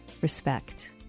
respect